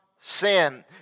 Sin